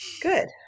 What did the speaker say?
Good